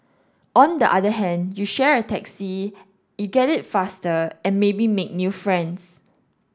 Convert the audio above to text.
on the other hand you share a taxi you get it faster and maybe make new friends